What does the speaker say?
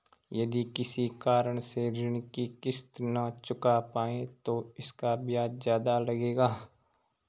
यदि किसी कारण से ऋण की किश्त न चुका पाये तो इसका ब्याज ज़्यादा लगेगा?